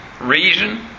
reason